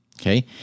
okay